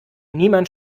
niemand